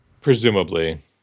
Presumably